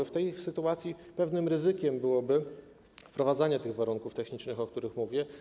W tej sytuacji pewnym ryzykiem byłoby wprowadzanie tych warunków technicznych, o których mówię.